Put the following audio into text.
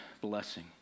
blessing